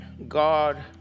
God